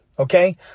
Okay